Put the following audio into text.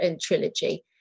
trilogy